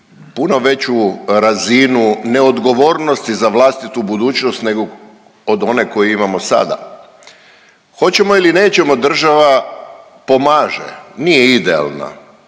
puno veću razinu neodgovornosti za vlastitu budućnost od one koju imamo sada. Hoćemo ili nećemo država pomaže, nije idealna,